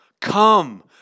Come